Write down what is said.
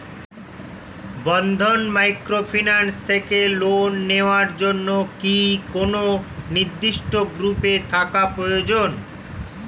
বন্ধন microfinance থেকে loan নেওয়ার জন্য কি কোন নির্দিষ্ট গ্রুপে থাকা প্রয়োজন?